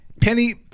Penny